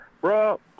Bro